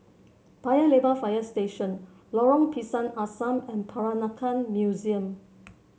Paya Lebar Fire Station Lorong Pisang Asam and Peranakan Museum